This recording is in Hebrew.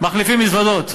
מחליפים מזוודות.